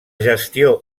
gestió